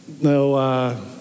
No